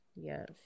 Yes